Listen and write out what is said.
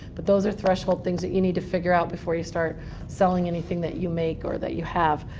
but those are threshold things that you need to figure out before you start selling anything that you make or that you have.